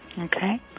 Okay